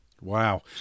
Wow